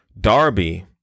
Darby